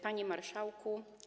Panie Marszałku!